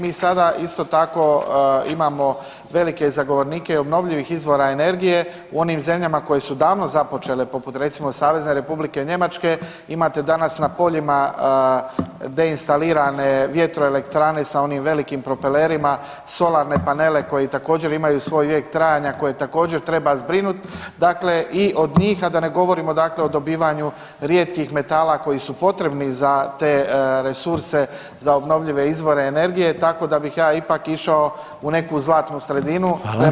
Mi sada isto tako imamo velike zagovornike i obnovljivih izvora energije u onim zemljama koje su davno započele poput recimo SR Njemačke, imate danas na poljima deinstalirane vjetroelektrane sa onim velikim propelerima, solarne panele koji također imaju svoj vijek trajanja, koje također treba zbrinut, dakle i od njih, a da ne govorimo dakle o dobivanju rijetkih metala koji su potrebni za te resurse za obnovljive izvore energije, tako da bih ja ipak išao u neku zlatnu sredinu premda je to najteže.